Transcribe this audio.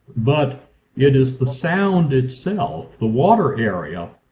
but it is the sound itself, the water area,